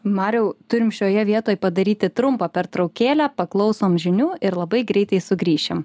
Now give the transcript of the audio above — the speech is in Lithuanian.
mariau turim šioje vietoj padaryti trumpą pertraukėlę paklausom žinių ir labai greitai sugrįšim